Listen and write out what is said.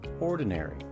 ordinary